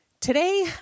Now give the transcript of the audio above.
today